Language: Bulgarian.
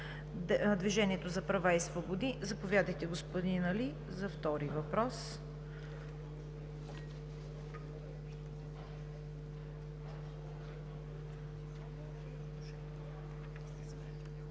„Движението за права и свободи“ – заповядайте, господин Али, за втори въпрос.